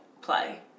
play